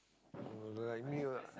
oh like me lah